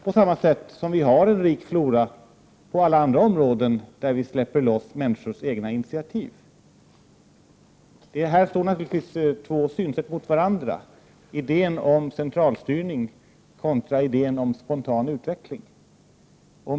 På samma sätt har vi en rik flora på alla andra områden där vi släpper loss människors egna initiativ. Här står naturligtvis två synsätt mot varandra: Idén om centralstyrning kontra idén om spontan utveckling.